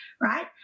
right